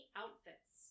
outfits